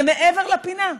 זה מעבר לפינה.